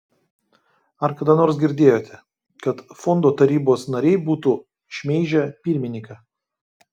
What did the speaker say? ar kada nors girdėjote kad fondo tarybos nariai būtų šmeižę pirmininką